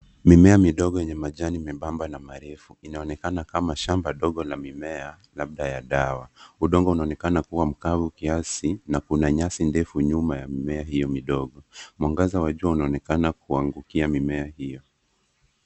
Mimea midogo yenye majani membamba na marefu. Inaonekana kama shamba ndogo la mimea, labda ya dawa. Udongo unaonekana kua mkavu kiasi, na kuna nyasi ndefu nyuma ya mimea hiyo midogo. Mwangaza wa jua unaonekana kuangukia mimea hio.